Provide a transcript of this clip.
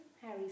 Harry